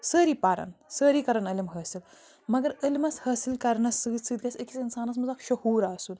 سٲری پریٚن سٲری کریٚن علم حٲصل مگر علمَس حٲصل کرنَس سۭتۍ سۭتۍ گژھہِ أکِس انسانَس منٛز اَکھ شعوٗر آسُن